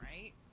right